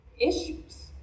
issues